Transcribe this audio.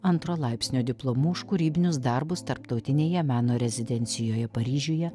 antro laipsnio diplomu už kūrybinius darbus tarptautinėje meno rezidencijoje paryžiuje